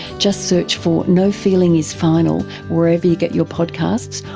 just search for no feeling is final wherever you get your podcasts,